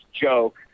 joke